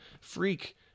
freak